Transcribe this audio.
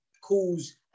cause